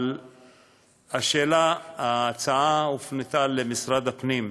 אבל השאלה, ההצעה, הופנתה למשרד הפנים,